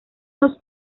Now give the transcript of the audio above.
los